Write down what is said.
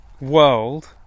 world